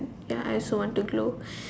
ya I also want to glow